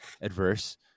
Adverse